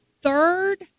third